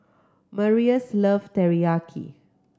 Marius love Teriyaki